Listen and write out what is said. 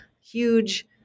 huge